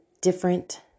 different